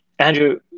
Andrew